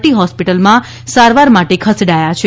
T હોસ્પીટલમાં સારવાર માટે ખસેડાયા છે